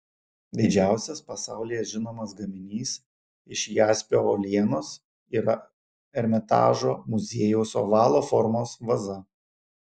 didžiausias pasaulyje žinomas gaminys iš jaspio uolienos yra ermitažo muziejaus ovalo formos vaza